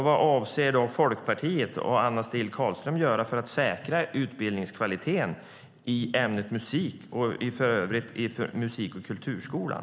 Vad avser Folkpartiet och Anna Steele göra för att säkra utbildningskvaliteten i ämnet musik i musik och kulturskolan?